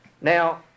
Now